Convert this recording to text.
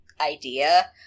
idea